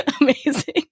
Amazing